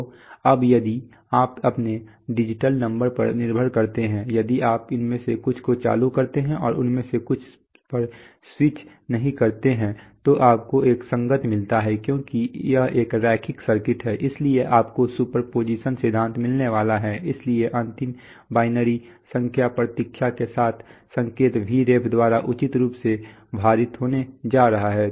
तो अब यदि आप अपने डिजिटल नंबरों पर निर्भर करते हैं यदि आप उनमें से कुछ को चालू करते हैं और उनमें से कुछ पर स्विच नहीं करते हैं तो आपको एक संगत मिलता है क्योंकि यह एक रैखिक सर्किट है इसलिए आपको सुपरपोज़िशन सिद्धांत मिलने वाला है इसलिए अंतिम बाइनरी संख्या प्रतीक्षा के साथ संकेत Vref द्वारा उचित रूप से भारित होने जा रहा है